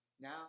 now